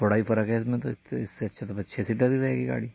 بڑا ہی فرق ہے اس میں تو اس سے اچھا تو چھ سیٹر ہی رہے گی گاڑی